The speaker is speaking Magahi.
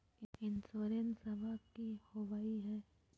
इंसोरेंसबा की होंबई हय?